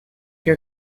your